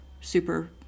super